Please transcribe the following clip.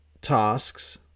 tasks